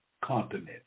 continent